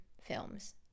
films